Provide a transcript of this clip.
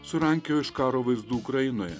surankiojo iš karo vaizdų ukrainoje